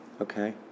Okay